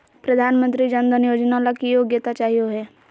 प्रधानमंत्री जन धन योजना ला की योग्यता चाहियो हे?